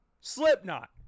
Slipknot